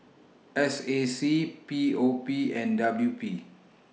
S A C P O P and W P